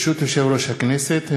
ברשות יושב-ראש הכנסת,